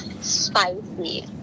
spicy